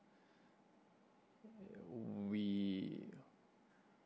we